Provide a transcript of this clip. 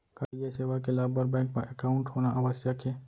का ये सेवा के लाभ बर बैंक मा एकाउंट होना आवश्यक हे